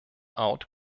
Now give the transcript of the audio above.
out